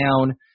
down